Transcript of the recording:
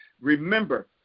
remember